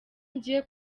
ngiye